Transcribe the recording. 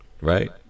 Right